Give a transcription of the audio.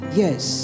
yes